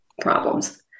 problems